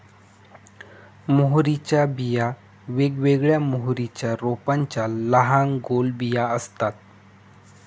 मोहरीच्या बिया वेगवेगळ्या मोहरीच्या रोपांच्या लहान गोल बिया असतात